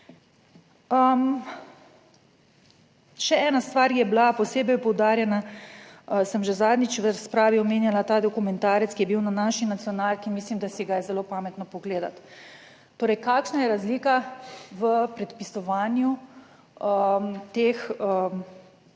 Še ena stvar, ki je bila posebej poudarjena, sem že zadnjič v razpravi omenjala. Ta dokumentarec, ki je bil na naši nacionalki, mislim, da si ga je zelo pametno pogledati, torej kakšna je razlika v predpisovanju teh,